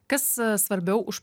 kas svarbiau už